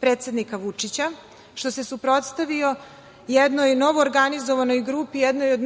predsednika Vučića, što se suprotstavio jednoj novoorganizovanoj grupi, jednoj od